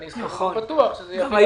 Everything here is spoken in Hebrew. אני סמוך ובטוח שזה יביא